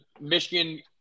michigan